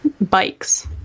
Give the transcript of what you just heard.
bikes